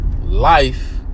life